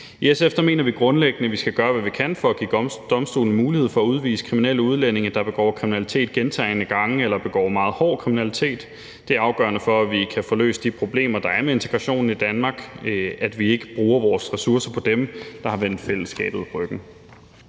I SF mener vi grundlæggende, at vi skal gøre, hvad vi kan, for at give domstolene mulighed for at udvise kriminelle udlændinge, der begår kriminalitet gentagne gange eller begår meget hård kriminalitet. Det er afgørende for, at vi kan få løst de problemer, der er med integrationen i Danmark, at vi ikke bruger vores ressourcer på dem, der har vendt fællesskabet ryggen.